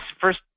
first